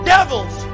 Devils